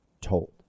told